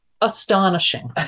astonishing